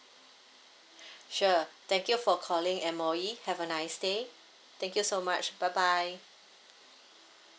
sure thank you for calling M_O_E have a nice day thank you so much bye bye